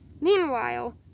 Meanwhile